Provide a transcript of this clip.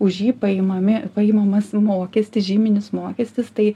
už jį paimami paimamas mokestis žyminis mokestis tai